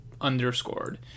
underscored